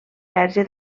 verge